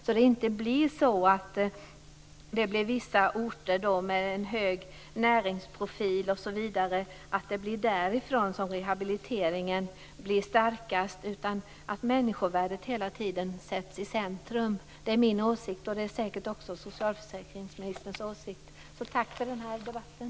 Det får inte bli så att rehabiliteringen fungerar bättre på vissa orter som har en hög näringsprofil. Människovärdet måste hela tiden sättas i centrum. Det är min åsikt, och det är säkert också socialförsäkringsministerns åsikt. Tack för den här debatten.